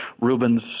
Rubens